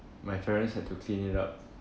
my parents had to clean it up